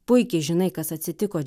puikiai žinai kas atsitiko